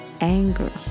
anger